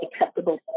acceptable